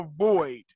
avoid